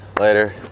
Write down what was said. later